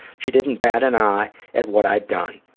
she didn't bat an eye at what i'd done.